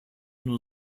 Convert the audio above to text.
nur